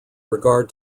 regard